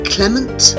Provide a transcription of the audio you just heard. Clement